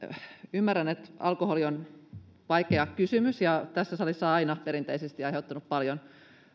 ymmärrän että alkoholi on vaikea kysymys ja tässä salissa aina perinteisesti aiheuttanut paljon